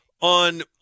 on